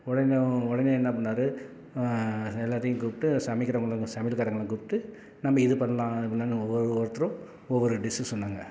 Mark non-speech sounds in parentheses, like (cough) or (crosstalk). உடனே உடனே என்ன பண்ணார் எல்லாத்தையும் கூப்பிட்டு சமைக்கிறவங்க இந்த சமையல்காரங்கள்லாம் கூப்பிட்டு நம்ம இது பண்ணலாம் (unintelligible) ஒவ்வொருத்தரும் ஒவ்வொரு டிஷ்ஷு சொன்னாங்க